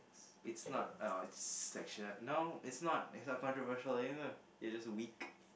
it's not oh it's actually no it's not it's not controversial then you are you are just weak